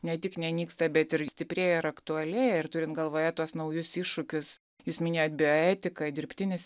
ne tik nenyksta bet ir stiprėja ir aktualėja ir turint galvoje tuos naujus iššūkius jūs minėjot bioetika dirbtinis